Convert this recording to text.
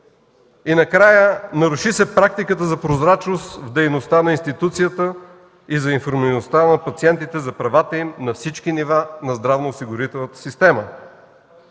И накрая, наруши се практиката на прозрачност в дейността на институцията за информираността на пациентите за правата им на всички нива на здравноосигурителната система.